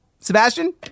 Sebastian